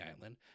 island